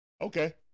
Okay